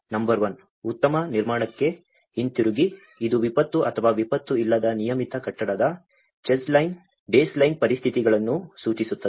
number one ಉತ್ತಮ ನಿರ್ಮಾಣಕ್ಕೆ ಹಿಂತಿರುಗಿ ಇದು ವಿಪತ್ತು ಅಥವಾ ವಿಪತ್ತು ಇಲ್ಲದ ನಿಯಮಿತ ಕಟ್ಟಡದ ಬೇಸ್ಲೈನ್ ಪರಿಸ್ಥಿತಿಗಳನ್ನು ಸೂಚಿಸುತ್ತದೆ